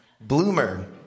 bloomer